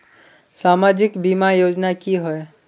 सामाजिक बीमा योजना की होय?